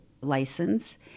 license